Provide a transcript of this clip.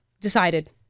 Decided